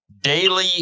daily